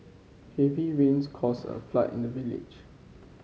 heavy rains caused a flood in the village